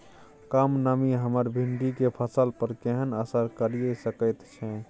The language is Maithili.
कम नमी हमर भिंडी के फसल पर केहन असर करिये सकेत छै?